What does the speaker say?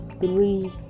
three